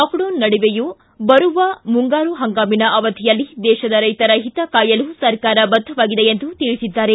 lockdown ನಡುವೆಯೂ ಬರುವ ಮುಂಗಾರು ಪಂಗಾಮಿನ ಅವಧಿಯಲ್ಲಿ ದೇಶದ ರೈತರ ಓತ ಕಾಯಲು ಸರ್ಕಾರ ಬದ್ದವಾಗಿದೆ ಎಂದು ತಿಳಿಸಿದ್ದಾರೆ